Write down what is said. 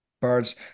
birds